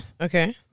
okay